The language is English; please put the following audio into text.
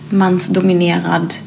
mansdominerad